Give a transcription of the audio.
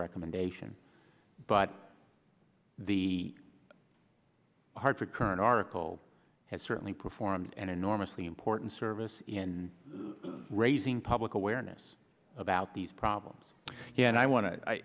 recommendation but the hartford current article has certainly performed an enormously important service in raising public awareness about these problems and i wan